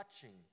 touching